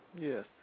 Yes